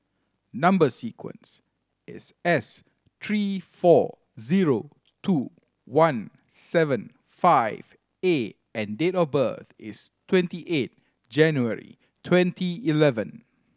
number sequence is S three four zero two one seven five A and date of birth is twenty eight January twenty eleven